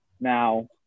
Now